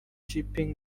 jinping